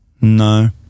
No